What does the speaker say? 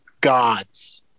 gods